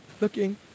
looking